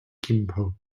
gimpo